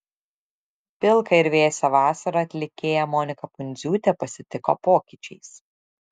pilką ir vėsią vasarą atlikėja monika pundziūtė pasitiko pokyčiais